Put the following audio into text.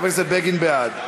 חבר הכנסת בגין בעד.